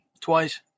twice